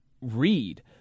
read